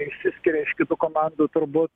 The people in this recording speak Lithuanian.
išsiskiria iš kitų komandų turbūt